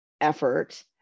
effort